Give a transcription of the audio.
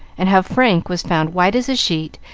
and how frank was found white as a sheet,